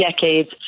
decades